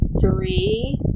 three